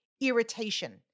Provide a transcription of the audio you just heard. irritation